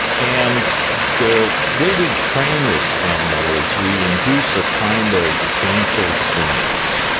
and the way we train this animal is we induce a kind of painful stimulus,